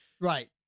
Right